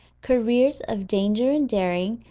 careers of danger and daring,